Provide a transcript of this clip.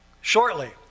shortly